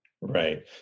Right